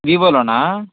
వివోలోనా